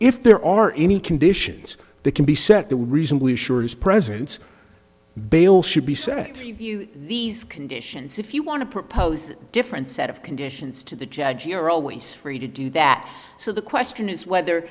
if there are any conditions that can be set the reasonably sure his presence bail should be set these conditions if you want to propose a different set of conditions to the judge you're always free to do that so the question is whether